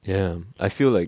ya I feel like